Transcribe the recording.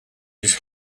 his